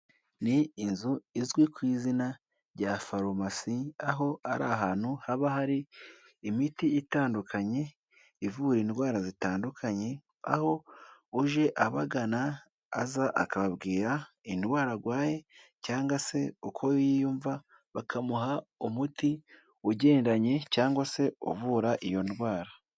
Ni inzu izwi k ku izina rya farumasi aho ari ahantu haba hari imiti itandukanye ivura indwara zitandukanye, aho uje abagana aza akababwira indwara arwaye, cyangwa se uko yiyumva bakamuha umuti ugendanye cyangwa se uvura iyo ndwara.